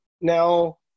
now